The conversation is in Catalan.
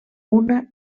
una